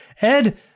ed